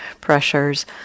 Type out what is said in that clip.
pressures